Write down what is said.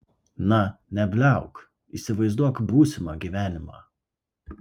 na nebliauk įsivaizduok būsimą gyvenimą